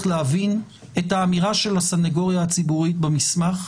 להבין את האמירה של הסנגוריה הציבורית במסמך,